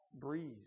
breeze